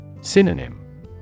Synonym